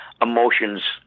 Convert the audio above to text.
emotions